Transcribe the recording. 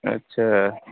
اچھا